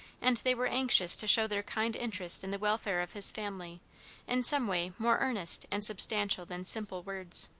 and they were anxious to show their kind interest in the welfare of his family in some way more earnest and substantial than simple words.